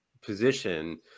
position